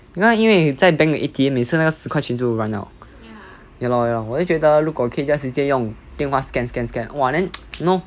you know 因为在 bank the A_T_M 每次那十块钱就 run out ya lor ya lor 我是觉得如果可以 just 直接用电话 scan scan scan !wah! then you know